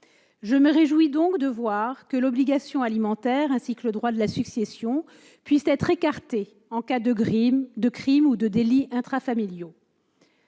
Je me réjouis de constater que l'obligation alimentaire et le droit de la succession puissent être écartés en cas de crimes ou de délits intrafamiliaux.